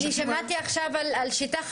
אני שמעתי עכשיו על שיטה חדשה,